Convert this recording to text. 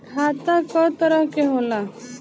खाता क तरह के होला?